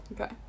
Okay